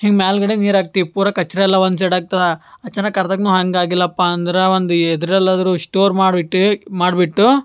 ಹಿಂಗೆ ಮ್ಯಾಲ್ಗಡೆ ನೀರು ಹಾಕ್ತೀವಿ ಪೂರ ಕಚ್ಡ ಎಲ್ಲ ಒಂದು ಸೈಡ್ ಆಗ್ತವ ಅಚಾನಕ್ ಅರ್ದಾಗ್ನು ಹಂಗೆ ಆಗಿಲ್ಲಪ್ಪ ಅಂದ್ರ ಒಂದು ಎದ್ರಲ್ಲಾದರೂ ಸ್ಟೋರ್ ಮಾಡ್ಬಿಟ್ಟು ಮಾಡ್ಬಿಟ್ಟು